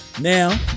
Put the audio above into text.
Now